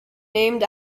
named